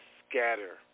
scatter